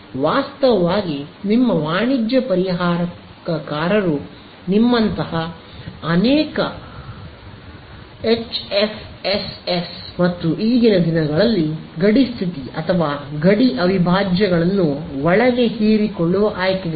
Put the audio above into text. ವಾಸ್ತವವಾಗಿ ನಿಮ್ಮ ವಾಣಿಜ್ಯ ಪರಿಹಾರಕಾರರು ನಿಮ್ಮಂತಹ ಅನೇಕ ಎಚ್ಎಫ್ಎಸ್ಎಸ್ ಮತ್ತು ಈಗಿನ ದಿನಗಳಲ್ಲಿ ಗಡಿ ಸ್ಥಿತಿ ಅಥವಾ ಗಡಿ ಅವಿಭಾಜ್ಯಗಳನ್ನು ಒಳಗೆ ಹೀರಿಕೊಳ್ಳುವ ಆಯ್ಕೆಗಳಿವೆ